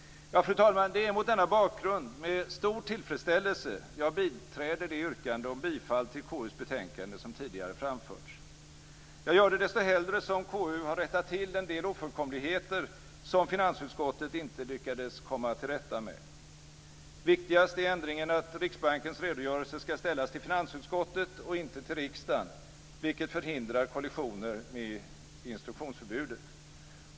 Fru talman! Det är mot denna bakgrund med stor tillfredsställelse jag biträder det yrkande om bifall till KU:s hemställan i betänkandet som tidigare framförts. Jag gör det desto hellre, som KU har rättat till en del ofullkomligheter som finansutskottet inte lyckades komma till rätta med. Viktigast är ändringen att Riksbankens redogörelser skall ställas till finansutskottet och inte till riksdagen, vilket förhindrar kollisioner med instruktionsförbudet.